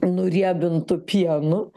nuriebintu pienu